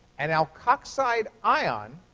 and alkoxide ion